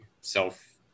self